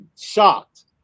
shocked